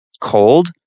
cold